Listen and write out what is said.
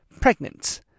pregnant